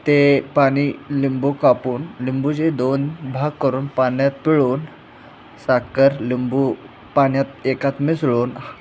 ते पाणी लिंबू कापून लिंबूचे दोन भाग करून पाण्यात पिळून साखर लिंबू पाण्यात एकात मिसळून